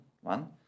one